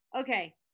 Okay